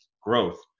growth